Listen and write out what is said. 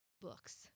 books